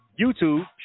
YouTube